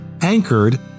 anchored